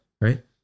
Right